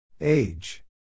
Age